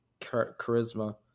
charisma